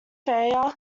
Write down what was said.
failure